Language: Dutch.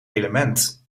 element